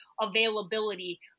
availability